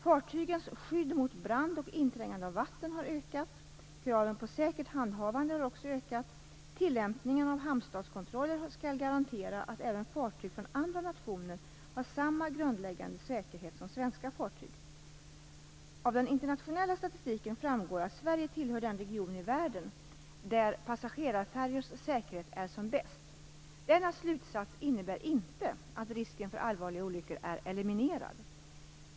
Fartygens skydd mot brand och inträngande av vatten har ökat. Kraven på säkert handhavande har också ökat. Tillämpningen av hamnstatskontroller skall garantera att även fartyg från andra nationer har samma grundläggande säkerhet som svenska fartyg. Av den internationella statistiken framgår att Sverige tillhör den region i världen där passagerarfärjors säkerhet är som bäst. Denna slutsats innebär inte att risken för allvarliga olyckor är eliminerad.